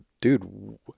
dude